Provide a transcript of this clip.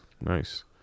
Nice